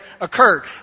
occurred